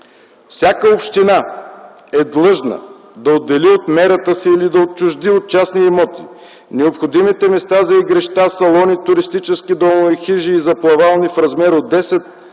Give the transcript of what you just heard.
„Всяка община е длъжна да отдели от мерата си или да отчужди от частни имоти необходимите места за игрища, салони, туристически домове и хижи, за плавални в размер от 10 до